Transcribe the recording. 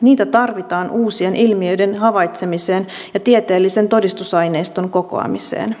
niitä tarvitaan uusien ilmiöiden havaitsemiseen ja tieteellisen todistusaineiston kokoamiseen